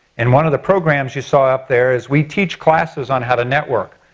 and one of the programs you saw up there is we teach classes on how to network.